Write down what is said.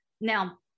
Now